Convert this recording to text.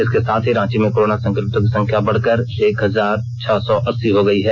इसके साथ ही रांची में कोरोना संक्रमितों की संख्या बढ़कर एक हजार छह सौ अस्सी हो गयी है